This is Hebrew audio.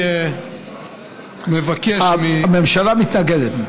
הממשלה מתנגדת.